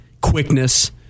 quickness